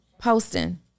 Posting